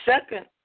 Second